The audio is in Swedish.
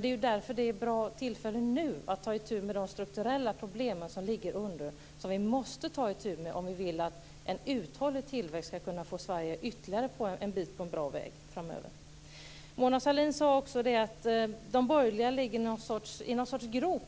Det är därför det just nu är ett bra tillfälle att ta itu med de strukturella problem som ligger under, som vi måste ta itu med om vi vill att en uthållig tillväxt ska kunna få Sverige ytterligare en bit på en bra väg framöver. Mona Sahlin sade att de borgerliga ligger i någon sorts grop